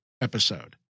episode